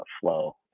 flow